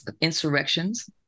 insurrections